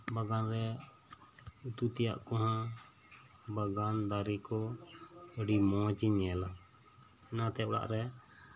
ᱵᱟᱜᱟᱱ ᱨᱮ ᱩᱛᱩ ᱛᱮᱭᱟᱜ ᱠᱚᱦᱚᱸ ᱵᱟᱜᱟᱱ ᱫᱟᱨᱮ ᱠᱚ ᱟᱰᱤ ᱢᱚᱸᱡᱽ ᱤᱧ ᱧᱮᱞᱟ ᱚᱱᱟᱛᱮ ᱚᱲᱟᱜ ᱨᱮ